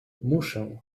muszę